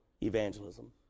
evangelism